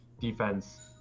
defense